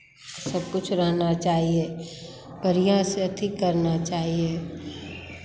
सब कुछ रहना चाहिए बढ़ियाँ से अथि करना चाहिए